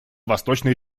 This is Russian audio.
восточной